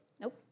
Nope